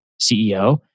CEO